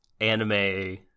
anime